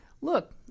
Look